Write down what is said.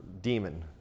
demon